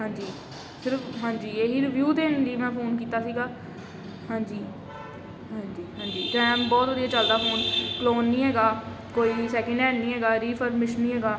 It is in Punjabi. ਹਾਂਜੀ ਸਿਰਫ ਹਾਂਜੀ ਇਹੀ ਰਿਵਿਊ ਦੇਣ ਲਈ ਮੈਂ ਫੋਨ ਕੀਤਾ ਸੀਗਾ ਹਾਂਜੀ ਹਾਂਜੀ ਹਾਂਜੀ ਅਤੇ ਐਂ ਬਹੁਤ ਵਧੀਆ ਚੱਲਦਾ ਫੋਨ ਕਲੋਨ ਨਹੀਂ ਹੈਗਾ ਕੋਈ ਸੈਕਿੰਡ ਹੈਂਡ ਨਹੀਂ ਹੈਗਾ ਰੀਫਰਮਿਸ਼ ਨਹੀਂ ਹੈਗਾ